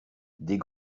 des